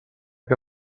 que